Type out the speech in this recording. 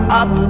up